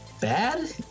bad